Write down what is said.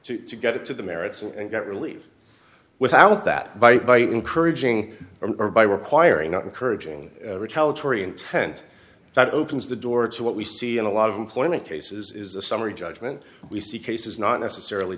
to get it to the merits and got relief without that by by encouraging or by requiring not encouraging retaliatory intent that opens the door to what we see in a lot of employment cases is a summary judgment we see cases not necessarily